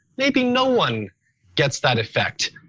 maybe no one gets that effect,